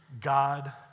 God